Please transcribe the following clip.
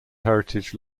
heritage